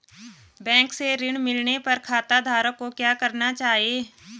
Bank से ऋण मिलने पर खाताधारक को क्या करना चाहिए?